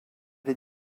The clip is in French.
les